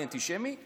אני אנטישמי?